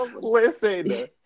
listen